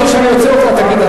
יואל, אני אוציא אותך.